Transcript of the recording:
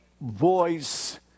voice